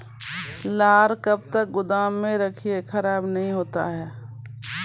लहार कब तक गुदाम मे रखिए खराब नहीं होता?